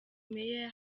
meyer